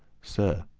sir,